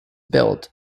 built